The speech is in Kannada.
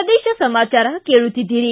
ಪ್ರದೇಶ ಸಮಾಚಾರ ಕೇಳುತ್ತಿದ್ದೀರಿ